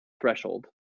threshold